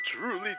truly